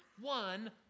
one